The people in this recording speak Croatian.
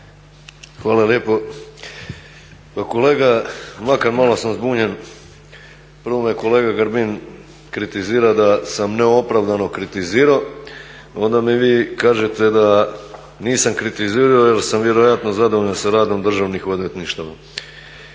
Hvala lijepo. Pa kolega Mlakar, malo sam zbunjen, prvo me kolega Grbin kritizirao da sam neopravdano kritizirao onda mi vi kažete da nisam kritizirao jer sam vjerojatno zadovoljan sa radom državnih odvjetništava.